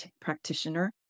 practitioner